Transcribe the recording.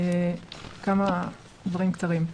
כמה דברים קצרים.